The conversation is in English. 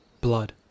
Blood